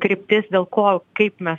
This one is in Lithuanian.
kryptis dėl ko kaip mes